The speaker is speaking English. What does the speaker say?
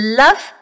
love